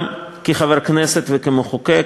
וגם כחבר כנסת וכמחוקק.